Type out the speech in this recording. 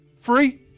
free